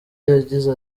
yagize